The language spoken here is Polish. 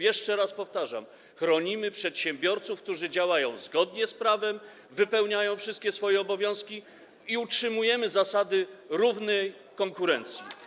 Jeszcze raz powtarzam: chronimy przedsiębiorców, którzy działają zgodnie z prawem, wypełniają wszystkie swoje obowiązki, i utrzymujemy zasady równej konkurencji.